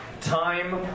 Time